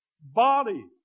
body